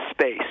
space